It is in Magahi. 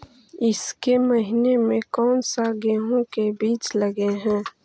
ईसके महीने मे कोन सा गेहूं के बीज लगे है?